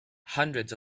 hundreds